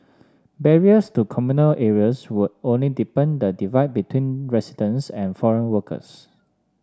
barriers to communal areas would only deepen the divide between residents and foreign workers